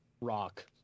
rock